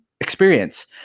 experience